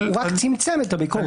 הוא רק צמצם את הביקורת,